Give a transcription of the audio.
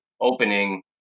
opening